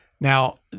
Now